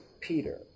Peter